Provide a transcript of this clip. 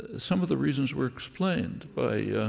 some of the reasons were explained by